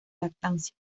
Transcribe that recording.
lactancia